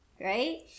right